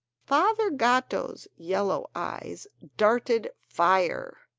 father gatto's yellow eyes darted fire.